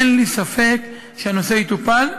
אין לי ספק שהנושא יטופל,